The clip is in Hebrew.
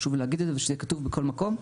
חשוב לי להגיד את זה ושזה יהיה כתוב בכל מקום.